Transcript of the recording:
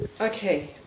Okay